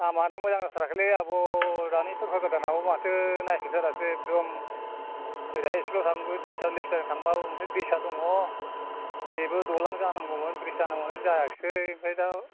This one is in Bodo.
लामायानो मोजां जाथाराखैलै आब' दानि सोरखार गोदानाबो माथो नायफिनथारासै एकदम ओरैहाय स्कुलाव थांनोबो दिस्टार्ब ओमफ्राय दैसा दङ बेबो दालां जानांगौमोन ब्रिज जानांगौमोन जायाखिसै ओमफ्राय दा